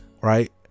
Right